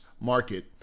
market